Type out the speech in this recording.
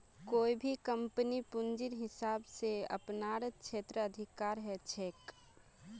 कोई भी कम्पनीक पूंजीर हिसाब स अपनार क्षेत्राधिकार ह छेक